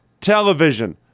television